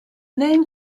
name